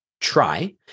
try